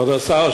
כבוד השר,